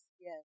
yes